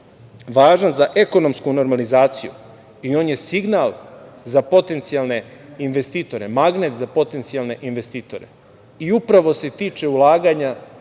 važan za ekonomsku normalizaciju i on je signal za potencijalne investitore, magnet za potencijalne investitore i upravo se tiče ulaganja